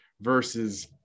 versus